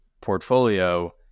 portfolio